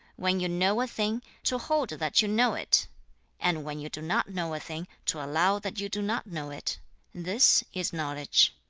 when you know a thing, to hold that you know it and when you do not know a thing, to allow that you do not know it this is knowledge